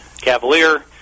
Cavalier